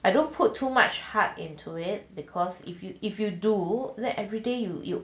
I don't put too much heart into it because if you if you do like everyday you you